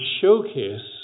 showcase